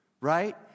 Right